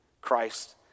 Christ